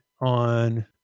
on